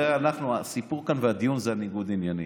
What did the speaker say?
הרי הסיפור כאן והדיון זה על ניגוד עניינים.